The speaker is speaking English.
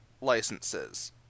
licenses